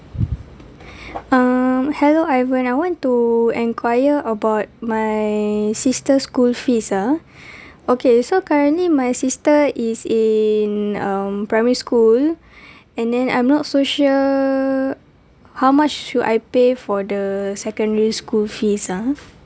um hello and when I want to go enquire about my sister's school fees ah okay so currently my sister is in um primary school and then I'm not so sure how much should I pay for the secondary school fees ah